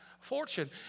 fortune